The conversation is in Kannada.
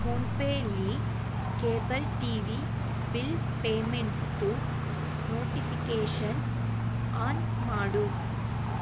ಫೋನ್ಪೇಲಿ ಕೇಬಲ್ ಟಿ ವಿ ಬಿಲ್ ಪೇಮೆಂಟ್ಸ್ದು ನೋಟಿಫಿಕೇಷನ್ಸ್ ಆನ್ ಮಾಡು